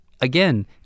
again